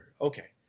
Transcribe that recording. Okay